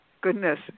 Goodness